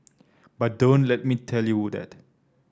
but don't let me tell you would that